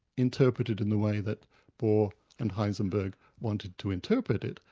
interpreted in the way that borh and heisenberg wanted to interpret it,